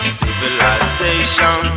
civilization